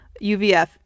UVF